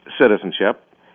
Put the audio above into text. citizenship